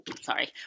sorry